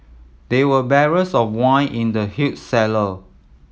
there were barrels of wine in the huge cellar